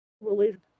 related